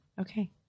Okay